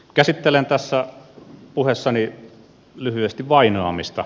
käsittelen tässä puheessani lyhyesti vainoamista